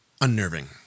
unnerving